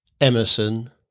Emerson